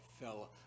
fell